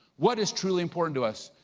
what is truly important to us?